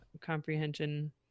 comprehension